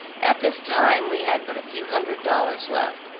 at this time we had but a few hundred dollars left,